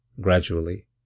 Gradually